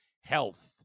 Health